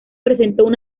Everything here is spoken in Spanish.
presentó